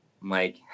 Mike